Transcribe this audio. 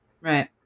Right